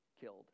killed